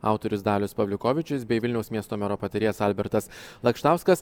autorius dalius pavliukovičius bei vilniaus miesto mero patarėjas albertas lakštauskas